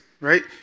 right